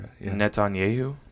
Netanyahu